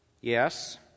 Yes